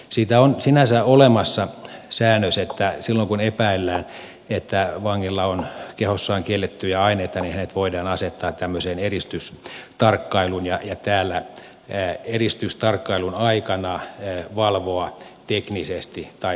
siitä on sinänsä olemassa säännös että silloin kun epäillään että vangilla on kehossaan kiellettyjä aineita niin hänet voidaan asettaa tämmöiseen eristystarkkailuun ja eristystarkkailun aikana valvoa teknisesti tai muulla tavoin